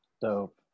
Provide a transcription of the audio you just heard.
Dope